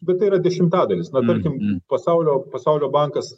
bet tai yra dešimtadalis na tarkim pasaulio pasaulio bankas